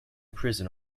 prison